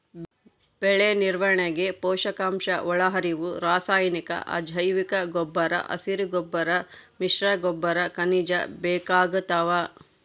ಬೆಳೆನಿರ್ವಹಣೆಗೆ ಪೋಷಕಾಂಶಒಳಹರಿವು ರಾಸಾಯನಿಕ ಅಜೈವಿಕಗೊಬ್ಬರ ಹಸಿರುಗೊಬ್ಬರ ಮಿಶ್ರಗೊಬ್ಬರ ಖನಿಜ ಬೇಕಾಗ್ತಾವ